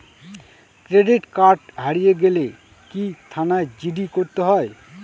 Credit card হারিয়ে গেলে কি থানায় জি.ডি করতে হয়?